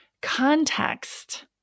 context